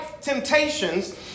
temptations